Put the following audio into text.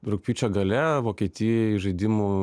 rugpjūčio gale vokietijoj žaidimų